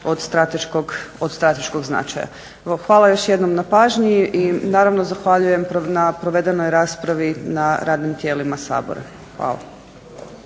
od strateškog značaja. Evo hvala još jednom na pažnji i naravno zahvaljujem na provedenoj raspravi na radnim tijelima Sabora. Hvala.